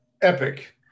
Epic